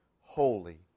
Holy